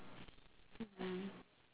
mm